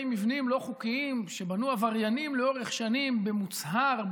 מבנים לא חוקיים שבנו עבריינים לאורך שנים במוצהר,